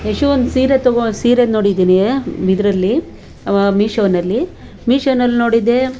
ಯಶು ಒಂದು ಸೀರೆ ತೊಗೋ ಸೀರೆ ನೋಡಿದ್ದೀನಿ ಇದರಲ್ಲಿ ಮಿಶೋದಲ್ಲಿ ಮಿಶೋದಲ್ಲಿ ನೋಡಿದ್ದೆ